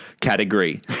category